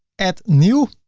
add new